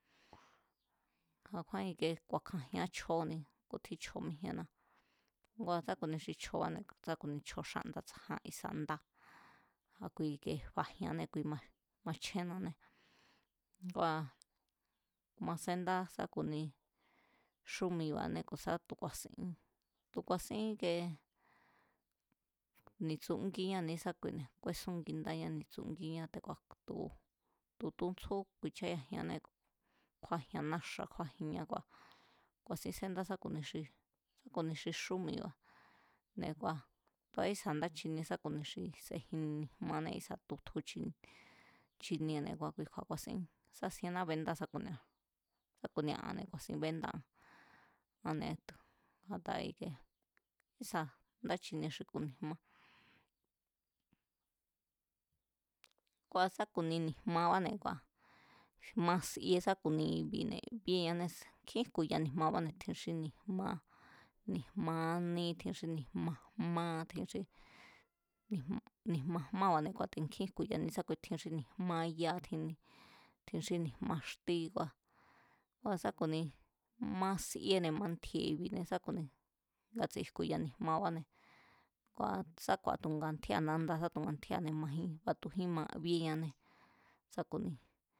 A̱ kjúán ikie ku̱a̱kjajián chjo̱ói̱ni kútjín chjo̱ míjíénná, ngua̱ sá ku̱ni xi chjo̱báne̱, sá ku̱ni chjo̱ xánda̱ tsa̱ján, ísa̱ ndá a̱ kui i̱ke fajianne a̱ kui machjénná, ngua̱ ma sendá sá ku̱ni xúmiba̱ne̱ ku̱ sá tu̱ ku̱a̱sín, tu̱ ku̱a̱sín ikee ni̱tsungiña ne̱esakuine̱ kuesún ngindañá ni̱tsungíñá te̱ku̱a̱ tu̱, tu̱ tuntsjú ku̱i̱chayajianée̱ kjúajian náxa̱ kjúájián kua̱ ku̱a̱sin sendá sá ku̱ni xi xúmiba̱ kua̱ tu̱a ísa̱ nda chinie sá ku̱ni xi sejin ni̱jmanée̱ isa̱ tutju chij, chiniene̱ kua̱ ku̱a̱sín sásiená bendáa sá ku̱ni, sa ku̱nia anne̱ ku̱a̱sin bendáa ane̱etu̱ a̱taa̱ ike ísa̱ nda chinie xi ku̱ ni̱jmá. Kua̱ sa ku̱ni ni̱jmabane̱ kua̱ ma sie sa ku̱ni i̱bi̱ nkjín jku̱ya ni̱jmabane̱ tjin xí ni̱jma, ni̱jma ání, ni̱jma jmá tjin xí nijm, ni̱jmajmába̱ne̱ te̱ nkjín jku̱ya̱ ne̱ésákui tjin xí ni̱jmá yá tjin xí ni̱jma xtí kua̱, kua̱ sá ku̱ni ma siene̱ mantji̱e̱ne̱ sá ku̱ni ngatsi jku̱ya ni̱jmabáne̱ kua̱ sa tu̱ ku̱a̱ ngatjía̱ nanda tu̱ ngantjía̱, matujín ma bíéané sá ku̱ni